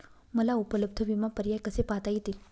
मला उपलब्ध विमा पर्याय कसे पाहता येतील?